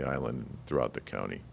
the island throughout the county